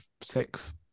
six